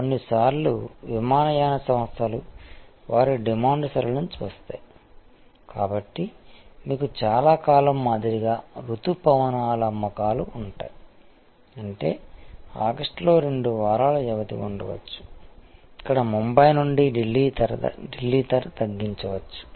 కొన్నిసార్లు విమానయాన సంస్థలు వారి డిమాండ్ సరళిని చూస్తాయి కాబట్టి మీకు చాలా కాలం మాదిరిగా రుతుపవనాల అమ్మకాలు ఉంటాయి అంటే ఆగస్టులో రెండు వారాల వ్యవధి ఉండవచ్చు ఇక్కడ బొంబాయి నుండి ఢిల్లీ ధర తగ్గించవచ్చు